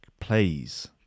Please